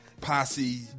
Posse